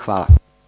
Hvala.